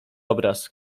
obraz